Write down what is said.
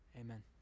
Amen